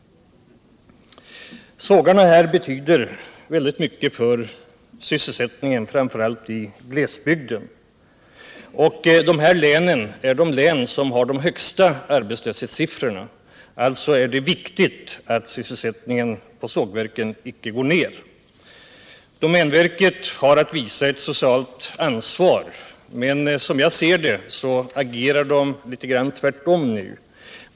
Sågarna där betyder väldigt mycket för sysselsättningen, framför allt i glesbygden, och dessa län har de högsta arbetslöshetssiffrorna. Alltså är det viktigt att sysselsättningen på sågverken inte går ned. Domänverket har att visa ett socialt ansvar, men som jag ser det agerar man litet grand tvärtom nu.